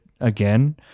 again